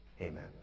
Amen